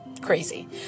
crazy